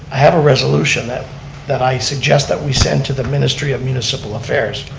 i have a resolution that that i suggest that we send to the ministry of municipal affairs,